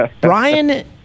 Brian